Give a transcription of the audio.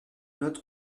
note